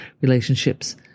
relationships